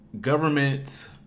Government